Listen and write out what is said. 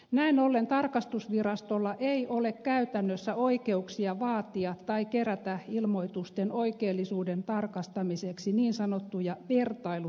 näin ollen tarkastusvirastolla ei ole käytännössä oikeuksia vaatia tai kerätä ilmoitusten oikeellisuuden tarkastamiseksi niin sanottuja vertailutietoja